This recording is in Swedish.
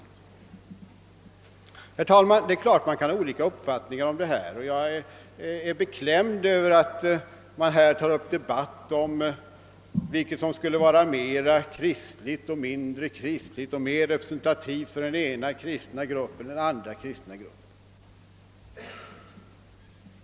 Självfallet kan man ha olika uppfattningar om detta spörsmål, och jag är beklämd över att man tar upp en debatt om vilket som skulle vara mera kristligt och mindre kristligt eller mera representativt för den ena kristna gruppen än för den andra.